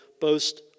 boast